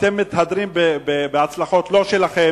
אתם מתהדרים בהצלחות לא שלכם.